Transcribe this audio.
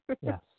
Yes